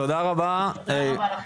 תודה רבה,